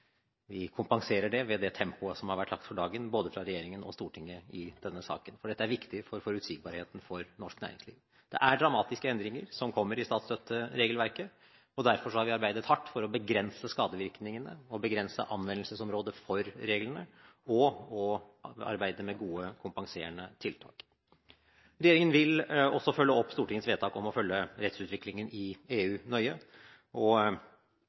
dagen – både fra regjeringen og Stortinget – i denne saken, for dette er viktig for forutsigbarheten for norsk næringsliv. Det er dramatiske endringer som kommer i statsstøtteregelverket, og derfor har vi arbeidet hardt for å begrense skadevirkningene og begrense anvendelsesområdet for reglene og å arbeide med gode, kompenserende tiltak. Regjeringen vil også følge opp Stortingets vedtak om å følge rettsutviklingen i EU nøye, og